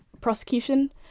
prosecution